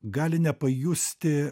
gali nepajusti